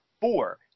four